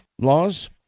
laws